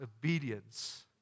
obedience